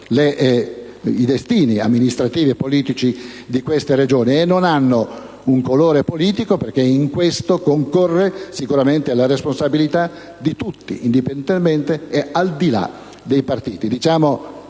i destini amministrativi e politici di queste Regioni e non hanno un colore politico perché in questo concorre sicuramente la responsabilità di tutti, indipendentemente e al di là dei partiti.